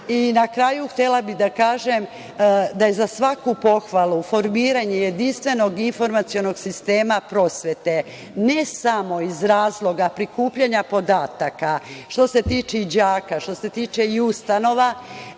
kraju, htela bih da kažem da je za svaku pohvalu formiranje jedinstvenog informacionog sistema prosvete, ne samo iz razloga prikupljanja podataka, što se tiče đaka, što se tiče i ustanova,